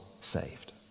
saved